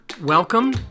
Welcome